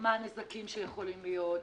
מה הנזקים שיכולים להיות,